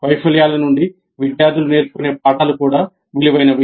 వైఫల్యాల నుండి విద్యార్థులు నేర్చుకునే పాఠాలు కూడా విలువైనవి